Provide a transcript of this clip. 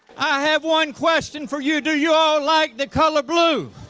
i have one question for you. do you ah like the color blue